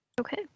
Okay